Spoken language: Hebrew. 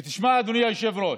ותשמע, אדוני היושב-ראש,